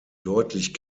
deutlich